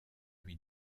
lui